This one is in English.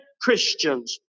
Christians